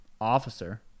Officer